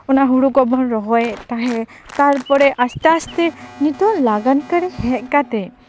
ᱚᱱᱟ ᱦᱳᱲᱳ ᱠᱚᱵᱚᱱ ᱨᱚᱦᱚᱭᱮᱜ ᱛᱟᱦᱮᱸᱜ ᱛᱟᱨᱯᱚᱨᱮ ᱟᱥᱛᱮ ᱟᱥᱛᱮ ᱱᱤᱛᱚᱜ ᱞᱟᱜᱟᱱ ᱠᱟᱨᱤ ᱦᱮᱡ ᱠᱟᱛᱮᱜ